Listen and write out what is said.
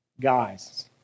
Guys